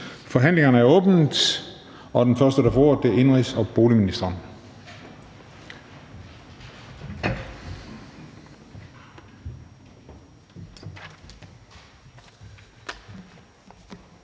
Forhandlingen er åbnet, og den første, der får ordet, er indenrigs- og boligministeren.